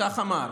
וכך אמר: